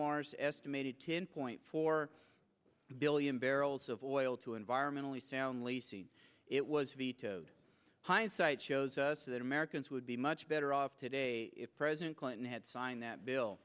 war's estimated ten point four billion barrels of oil to environmentally sound it was vetoed hindsight shows us that americans would be much better off today if president clinton had signed that bill